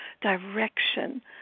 direction